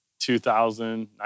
2000